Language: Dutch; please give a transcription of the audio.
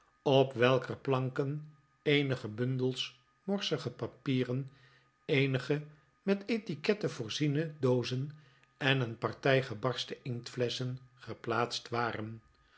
op welker planken eenige bundels morsige papieren eenige met etiquetten voorziene doozen en een partij gebarsten inktflesschen geplaatst waren